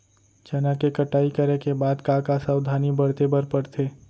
चना के कटाई करे के बाद का का सावधानी बरते बर परथे?